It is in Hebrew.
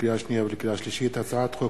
לקריאה שנייה ולקריאה שלישית: הצעת חוק